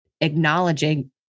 acknowledging